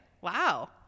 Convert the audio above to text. Wow